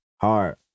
Hard